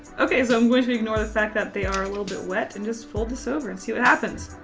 okay. so i'm going to ignore the fact that they are a little bit wet and just fold this over and see what happens.